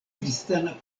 kristana